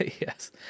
yes